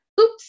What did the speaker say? oops